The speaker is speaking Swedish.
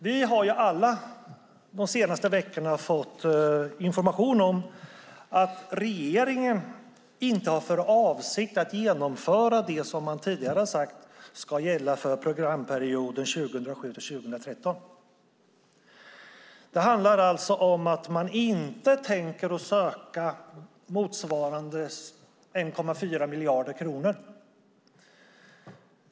Vi har alla de senaste veckorna fått information om att regeringen inte har för avsikt att genomföra det som man tidigare har sagt ska gälla för programperioden 2007-2013. Det handlar om att man inte tänker söka motsvarande 1,4 miljarder kronor.